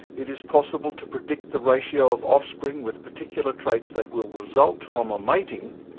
it is possible to predict the ratio of offspring with particular traits that will result from a mating,